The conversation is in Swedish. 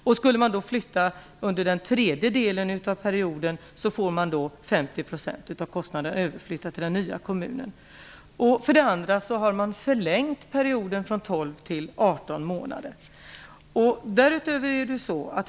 Om en person skulle flytta under den tredje delen av perioden överförs 50 % till den nya kommunen. För det andra har man förlängt perioden från tolv till 18 månader.